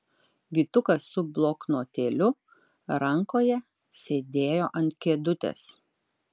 vytukas su bloknotėliu rankoje sėdėjo ant kėdutės